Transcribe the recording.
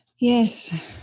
Yes